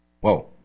Whoa